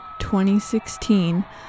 2016